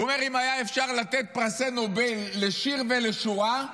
הוא אומר: אם אפשר היה לתת פרסי נובל לשיר ולשורה,